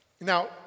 Now